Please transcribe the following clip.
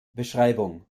beschreibung